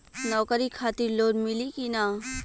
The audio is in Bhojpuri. नौकरी खातिर लोन मिली की ना?